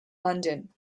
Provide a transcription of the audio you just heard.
london